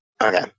Okay